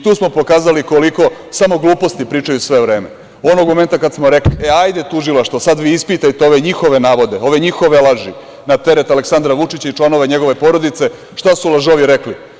Tu smo pokazali koliko samo gluposti pričaju sve vreme onog momenta kada smo rekli – hajde tužilaštvo sada vi ispitajte ove njihove navode, ove njihove laži na teret Aleksandra Vučića i članova njegove porodice, šta su lažovi rekli?